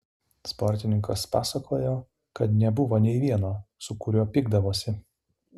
sportininkas pasakojo kad nebuvo nei vieno su kuriuo pykdavosi